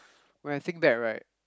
when I think that right